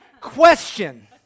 Question